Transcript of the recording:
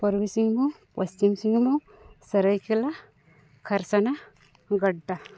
ᱯᱩᱨᱵᱤ ᱥᱤᱝᱵᱷᱩᱢ ᱯᱚᱥᱪᱤᱢ ᱥᱤᱝᱵᱷᱩᱢ ᱥᱟᱹᱨᱟᱹᱭᱠᱮᱞᱟ ᱠᱷᱟᱨᱥᱟᱣᱟ ᱜᱳᱰᱰᱟ